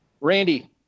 Randy